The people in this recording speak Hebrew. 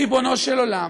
ריבונו של עולם,